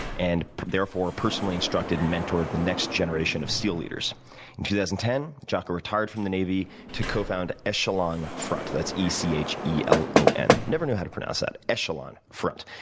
and therefore personally instructed and mentored the next generation of seal leaders. in two thousand and ten, jocko retired from the navy to cofound echelon front, that's e c h e l o n. never knew how to pronounce that, echelon front,